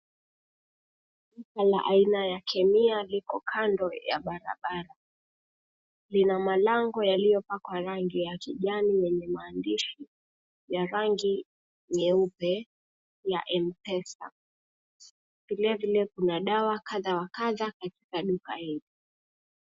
Duka la aina ya kemia liko kando ya barabara, lina malango yaliyopakwa rangi ya kijani yenye maandishi ya rangi nyeupe ya M-Pesa. Vilevile, kuna dawa kadha wa kadha katika duka hilo.